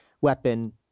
weapon